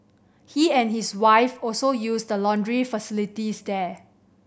he and his wife also use the laundry facilities there